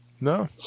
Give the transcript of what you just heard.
No